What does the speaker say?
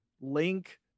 Link